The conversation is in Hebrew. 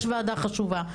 יש ועדה חשובה,